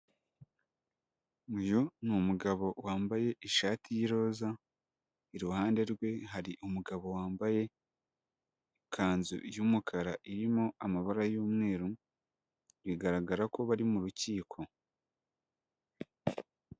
Uyu ni umugabo wambaye ishati y'iroza, iruhande rwe hari umugabo wambaye ikanzu y'umukara irimo amabara y'umweru, bigaragara ko bari mu rukiko.